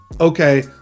Okay